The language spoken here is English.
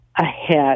ahead